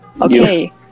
Okay